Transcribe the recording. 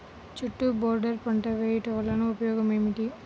చుట్టూ బోర్డర్ పంట వేయుట వలన ఉపయోగం ఏమిటి?